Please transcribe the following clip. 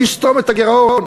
נסתום את הגירעון,